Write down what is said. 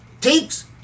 takes